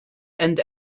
and